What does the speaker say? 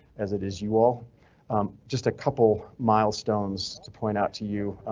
as it is you all just a couple milestones to point out to you.